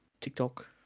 TikTok